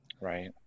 Right